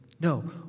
No